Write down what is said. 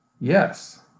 Yes